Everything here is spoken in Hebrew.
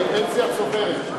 בפנסיה צוברת,